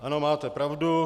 Ano, máte pravdu.